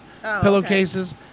Pillowcases